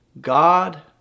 God